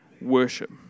worship